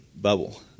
bubble